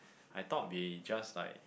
I thought we just like